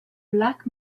black